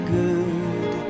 good